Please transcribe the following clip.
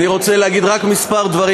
אני רוצה להגיד רק כמה דברים,